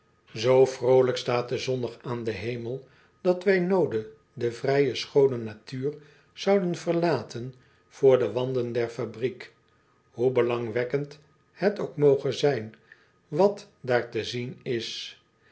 oo vrolijk staat de zon nog aan den hemel dat wij noode de vrije schoone natuur zouden verlaten voor de wanden der fabriek hoe belangwekkend het ook moge zijn wat daar te zien is